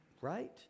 Right